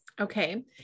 Okay